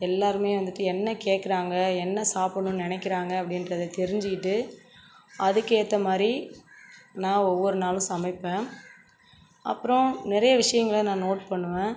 எல்லோருமே வந்துட்டு என்ன கேட்குறாங்க என்ன சாப்பிட்ணுன்னு நினைக்கிறாங்க அப்படின்றத தெரிஞ்சுக்கிட்டு அதுக்கு ஏற்ற மாதிரி நான் ஒவ்வொரு நாளும் சமைப்பேன் அப்புறம் நிறைய விஷயங்கள நான் நோட் பண்ணுவேன்